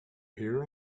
hear